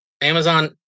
Amazon